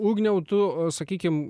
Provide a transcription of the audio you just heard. ugniau tu sakykim